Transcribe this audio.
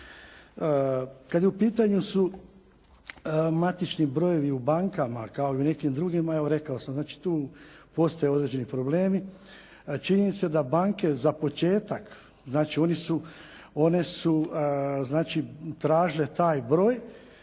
Kada su u pitanju matični brojevi u bankama kao i nekima drugima. Evo rekao sam, znači tu postoje neki problemi. Čini se da banke za početak, znači one su tražile taj broj